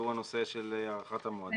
והוא הנושא של הארכת המועדים.